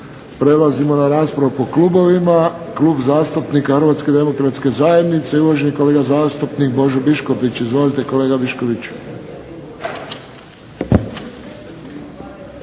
prelazimo na raspravu po klubovima. Klub zastupnika Hrvatske demokratske zajednice, uvaženi kolega zastupnik Božo Biškupić. Izvolite, kolega Biškupić.